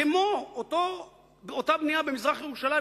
כמו אותה בנייה במזרח-ירושלים,